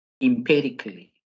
Empirically